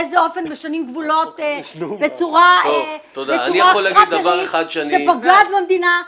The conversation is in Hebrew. באיזה אופן משנים גבולות בצורה חאפרית שפוגעת במדינה,